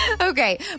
Okay